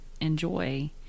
enjoy